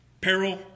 Peril